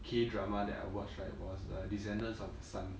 K drama that I watch right was the descendants of the sun